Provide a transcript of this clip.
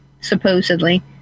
supposedly